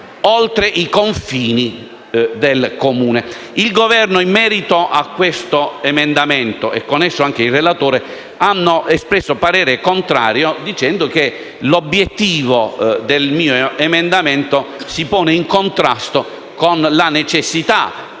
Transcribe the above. oltre i confini del Comune. In merito a questo emendamento, il Governo e il relatore hanno espresso parere contrario sostenendo che l'obiettivo del mio emendamento si pone in contrasto con la necessità